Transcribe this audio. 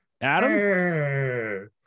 Adam